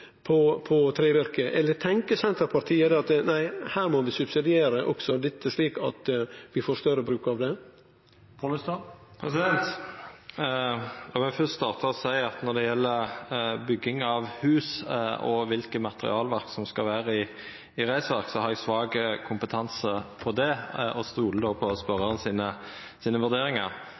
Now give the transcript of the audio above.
på trevirke? Eller tenkjer Senterpartiet at ein her må subsidiere også dette, slik at ein får ein større bruk av det? La meg starta med å seia at når det gjeld bygging av hus og kva slags materialar som skal vera i reisverk, har eg svak kompetanse på det og stolar på vurderingane til spørjaren.